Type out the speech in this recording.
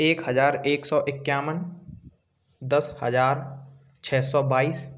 एक हज़ार एक सौ इक्कावन दस हज़ार छः सौ बाईस